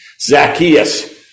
Zacchaeus